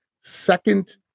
second